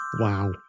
Wow